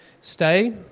stay